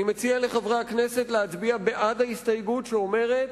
אני מציע לחברי הכנסת להצביע בעד ההסתייגות שאומרת,